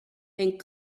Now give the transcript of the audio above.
and